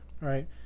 right